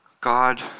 God